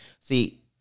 See